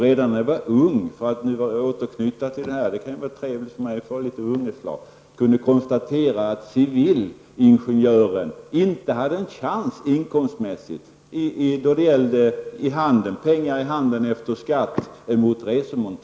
Redan när jag var ung -- det kan vara trevligt för mig att få återknyta till min ungdom ett litet slag -- kunde jag konstatera att civilingenjörer inte hade en chans inkomstmässigt mot resemontörerna när det gäller pengar i handen efter skatt.